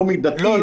לא מידתית -- לא,